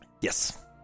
Yes